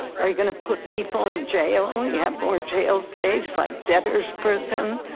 are you gonna put people in jail? you have more jail space like debtors prison.